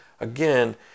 again